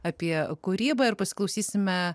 apie kūrybą ir pasiklausysime